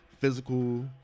physical